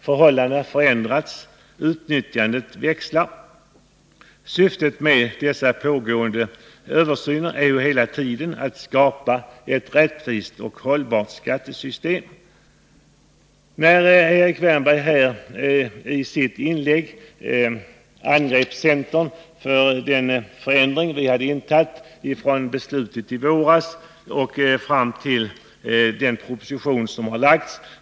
Förhållandena förändras, och utnyttjandet av skattereglerna växlar. Syftet med dessa pågående översyner är ju hela tiden att skapa ett rättvist och hållbart skattesystem. Erik Wärnberg angrep oss i centern för att ha ändrat inställning i skattefrågorna sedan i våras.